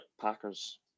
Packers